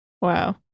Wow